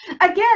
Again